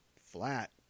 flat